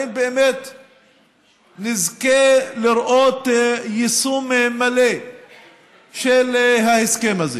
האם באמת נזכה לראות יישום מלא של ההסכם הזה?